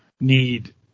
need